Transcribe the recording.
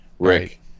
rick